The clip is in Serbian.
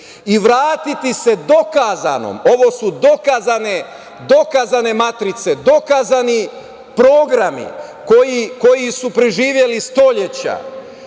i vratiti se dokazanom, ovo su dokazane matrice, dokazani programi koji su preživeli